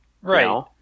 Right